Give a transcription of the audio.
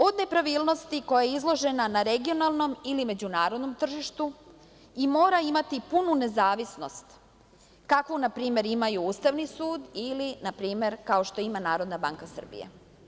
Od nepravilnosti koja je izložena na regionalnom ili međunarodnom tržištu i mora imati punu nezavisnost, kakvu npr. imaju Ustavni sud ili npr. kao što ima NBS.